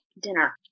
dinner